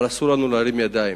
אבל אסור לנו להרים ידיים.